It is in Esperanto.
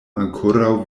ankoraŭ